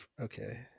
Okay